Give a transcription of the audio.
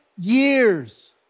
years